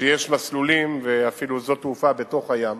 שיש מסלולים ואפילו שדות תעופה בתוך הים.